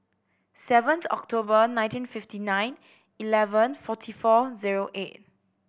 seventh October nineteen fifty nine eleven forty four zero eight